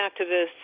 activists